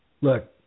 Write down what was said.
look